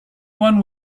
one